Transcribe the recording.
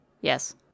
Yes